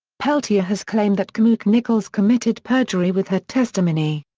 peltier has claimed that kamook nichols committed perjury with her testimony.